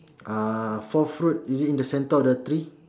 uh four fruit is it in the centre of the tree